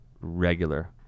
regular